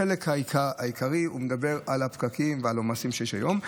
בחלק העיקרי הוא מדבר על הפקקים ועל העומסים שיש היום,